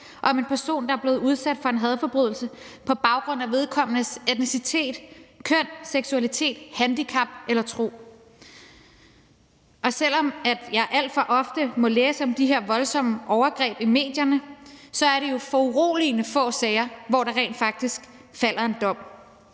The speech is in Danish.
om en person, der er blevet udsat for en hadforbrydelse på baggrund af vedkommendes etnicitet, køn, seksualitet, handicap eller tro. Og selv om jeg alt for ofte må læse om de her voldsomme overgreb i medierne, er det jo i foruroligende få sager, at der rent faktisk falder dom.